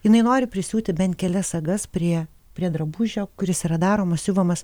jinai nori prisiūti bent kelias sagas prie prie drabužio kuris yra daromas siuvamas